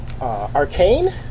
arcane